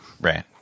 Right